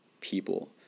people